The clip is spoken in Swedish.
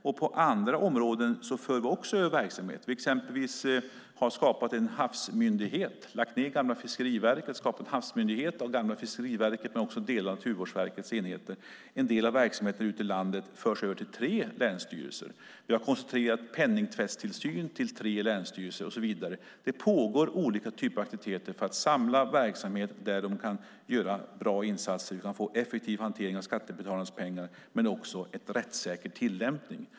Vi för över verksamhet på andra områden också och har exempelvis skapat en havsmyndighet av delar av det nu nedlagda gamla Fiskeriverket och också delar av Naturvårdsverkets enheter. En del av verksamheterna ute i landet, till exempel penningtvättstillsyn, förs över till tre länsstyrelser. Det pågår olika typer av aktiviteter för att samla verksamhet där de kan göra bra insatser och där vi kan få en effektiv hantering av skattebetalarnas pengar men också en rättssäker tillämpning.